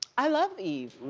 i love eve.